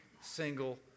single